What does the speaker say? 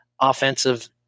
offensive